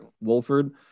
Wolford